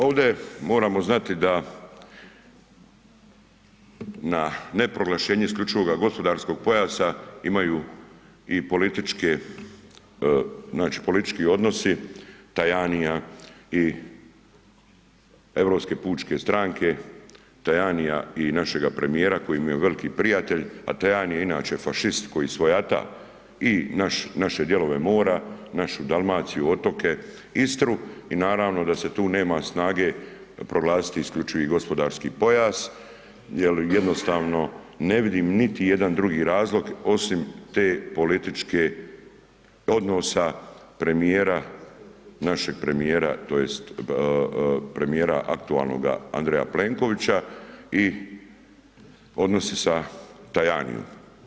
Ovdje moramo znati da na neproglašenje isključivog gospodarskog pojasa imaju i političke, znači politički odnosi Tajanija i Europske pučke stranke, Tajanija i našega premijera koji mu je veliki prijatelj a Tajani je inače fašist koji svojata i naše dijelove mora, našu Dalmaciju, otoke, Istru i naravno da se tu nema snage proglasiti isključivi gospodarski pojas jer jednostavno ne vidim niti jedan drugi razlog osim te političke odnosa premijera, našeg premijera, tj. premijera aktualnoga Andreja Plenkovića i odnosi sa Tajanijem.